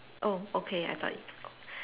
oh okay I got it